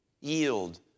yield